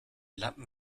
lappen